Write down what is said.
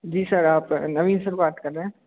जी sir आप Naveen sir बात कर रहे हैं